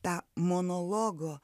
tą monologo